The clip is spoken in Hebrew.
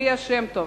ליה שמטוב,